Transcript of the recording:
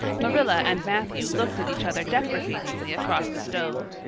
marilla and matthew looked at each other deprecatingly across the stove.